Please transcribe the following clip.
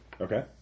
Okay